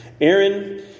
Aaron